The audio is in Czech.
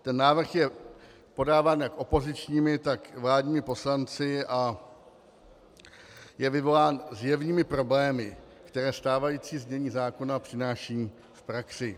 Ten návrh je podáván jak opozičními, tak vládními poslanci a je vyvolán zjevnými problémy, které stávající znění zákona přináší v praxi.